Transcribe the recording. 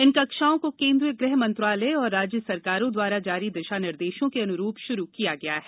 इन कक्षाओं को केंद्रीय गृह मंत्रालय और राज्य सरकारों द्वारा जारी दिशा निर्देशों के अनुरूप शुरू किया गया है